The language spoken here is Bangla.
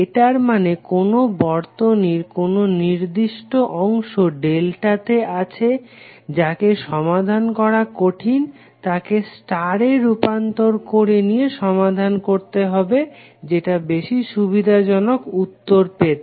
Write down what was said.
এটার মানে কোনো বর্তনীর কোনো নির্দিষ্ট অংশ ডেল্টাতে আছে যাকে সমাধান করা কঠিন তাকে স্টারে রূপান্তর করে নিয়ে সমাধান করতে হবে যেটা বেশি সুবিধাজনক উত্তর পেতে